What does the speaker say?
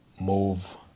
move